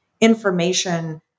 information